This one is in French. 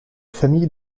famille